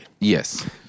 Yes